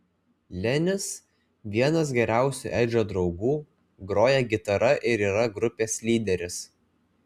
lenis vienas geriausių edžio draugų groja gitara ir yra grupės lyderis